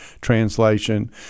translation